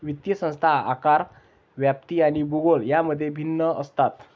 वित्तीय संस्था आकार, व्याप्ती आणि भूगोल यांमध्ये भिन्न असतात